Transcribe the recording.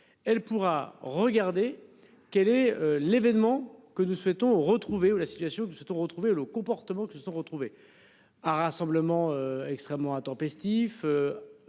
elle pourra regarder quel est l'événement que nous souhaitons retrouver où la situation qui se sont retrouvés le comportement qui se sont retrouvés à rassemblement extrêmement intempestif.